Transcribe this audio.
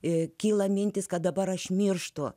ir kyla mintis kad dabar aš mirštu